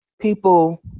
people